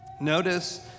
Notice